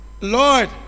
Lord